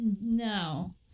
No